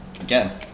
Again